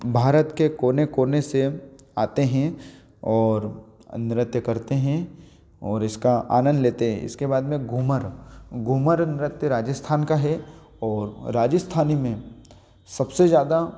भारत के कोने कोने से आते हैं और नृत्य करते हैं और इसका आनंद लेते इसके बाद में घूमर घूमर नृत्य राजस्थान का है और राजस्थानी में सबसे ज़्यादा